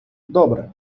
добре